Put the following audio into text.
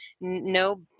no